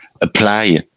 apply